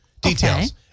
details